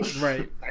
Right